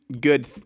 good